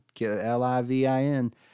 L-I-V-I-N